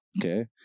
Okay